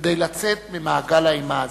כדי לצאת ממעגל האימה הזה.